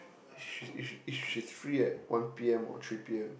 she if she's free at one P_M or three P_M